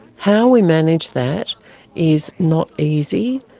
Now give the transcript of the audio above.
how we manage that is not easy.